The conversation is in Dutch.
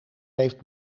heeft